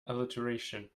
alliteration